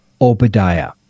Obadiah